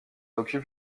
occupe